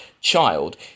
child